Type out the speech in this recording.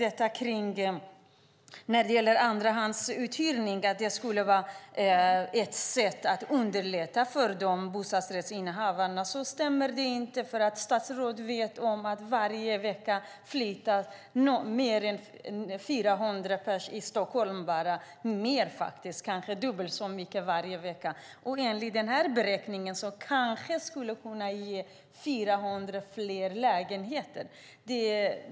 Ett annat problem gäller andrahandsuthyrning. Den ska vara ett sätt att underlätta för bostadsrättsinnehavare. Det stämmer inte. Statsrådet vet om att varje vecka flyttar fler än 400 i Stockholm, kanske till och med dubbelt så många. Enligt denna beräkning kan det kanske ge 400 fler lägenheter.